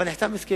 אבל נחתם הסכם.